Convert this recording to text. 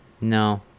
No